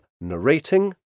narrating